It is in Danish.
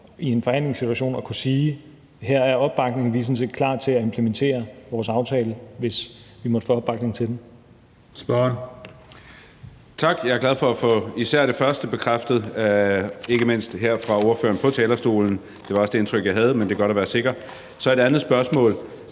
i en forhandlingssituation at kunne sige, at her er opbakningen. Vi er sådan set klar til at implementere vores aftale, hvis vi måtte få opbakning til den. Kl. 16:51 Den fg. formand (Christian Juhl): Spørgeren. Kl. 16:51 Marcus Knuth (KF): Tak. Jeg er glad for at få især det første bekræftet, ikke mindst her fra ordføreren på talerstolen. Det var også det indtryk, jeg havde, men det er godt at være sikker. Så et andet spørgsmål: